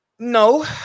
No